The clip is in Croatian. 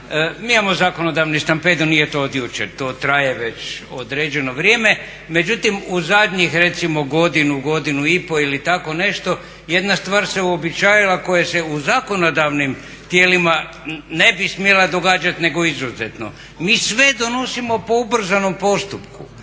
Mi imamo zakonodavni stampedo, nije to od jučer, to traje već određeno vrijeme. Međutim, u zadnjih recimo godinu, godinu i pol jedna stvar se uobičajila koja se u zakonodavnim tijelima ne bi smjela događati nego izuzetno. Mi sve donosimo po ubrzanom postupku.